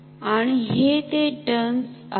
आणि हे ते र्ट्न्स आहेत